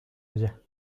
ella